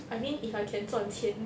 I mean if I can 赚钱